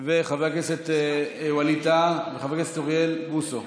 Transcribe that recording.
חבר הכנסת ווליד טאהא וחבר הכנסת אוריאל בוסו,